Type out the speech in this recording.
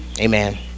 Amen